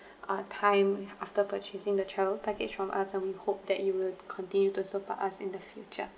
uh time after purchasing the travel package from us and we hope that you will continue to support us in the future